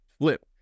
flip